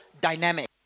dynamic